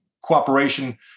cooperation